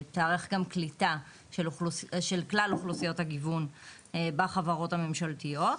תיערך קליטה של כלל אוכלוסיות הגיוון בחברות הממשלתיות.